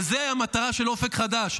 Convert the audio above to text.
וזו המטרה של אופק חדש,